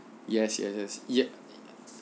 yes yes yes yea yes